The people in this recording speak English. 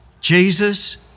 Jesus